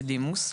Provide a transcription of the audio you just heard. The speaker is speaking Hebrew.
בדימוס,